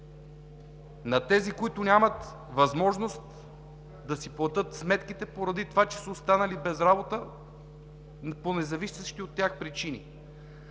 на тези, които нямат възможност да си платят сметките, поради това че са останали без работа по независещи от тях причини.